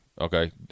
Okay